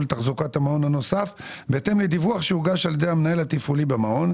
ולתחזוקת המעון הנוסף בהתאם לדיווח שיוגש על ידי המנהל התפעולי במעון.